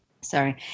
sorry